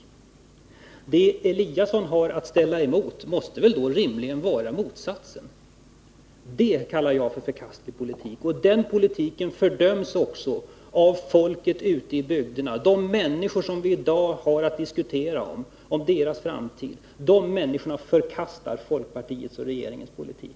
Det som herr Eliasson har att ställa emot måste då rimligen vara motsatsen. Det kallar jag förkastlig politik. En sådan politik fördöms också av folket ute i bygderna. Dessa människor, vilkas framtid vi i dag diskuterar, förkastar folkpartiets och regeringens politik.